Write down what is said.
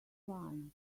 wine